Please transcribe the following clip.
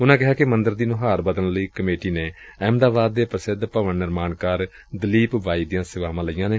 ਉਨੂਾ ਕਿਹਾ ਕਿ ਮੰਦਰ ਦੀ ਨੁਹਾਰ ਬਦਲਣ ਲਈ ਕਮੇਟੀ ਨੇ ਅਹਿਮਦਾਬਾਦ ਦੇ ਪ੍ਸਿੱਧ ਭਵਨ ਨਿਰਮਾਣਕਾਰ ਦਲੀਪ ਬਾਈ ਦੀਆਂ ਸੇਵਾਵਾਂ ਲਈਆਂ ਨੇ